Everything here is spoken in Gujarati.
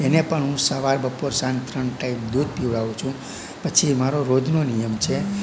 એને પણ હું સવાર બપોર સાંજ ત્રણ ટાઇમ દૂધ પીવડાવું છું પછી મારો રોજનો નિયમ છે